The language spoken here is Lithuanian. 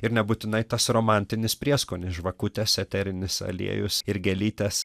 ir nebūtinai tas romantinis prieskonis žvakutės eterinis aliejus ir gėlytės